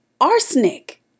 arsenic